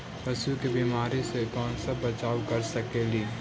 पशु के बीमारी से कैसे बचाब कर सेकेली?